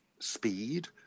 Speed